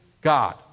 God